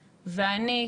ואני,